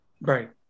Right